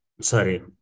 sorry